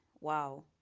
wow